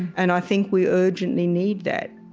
and i think we urgently need that.